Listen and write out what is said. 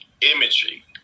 imagery